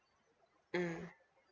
mm